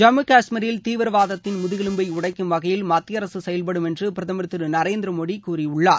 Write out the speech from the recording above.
ஜம்மு காஷ்மீரில் தீவிரவாதத்தின் முதுகெலும்பை உடைக்கும் வகையில் மத்திய அரசு செயல்படும் என்று பிரதமர் திரு நரேந்திர மோடி கூறியுள்ளார்